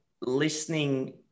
listening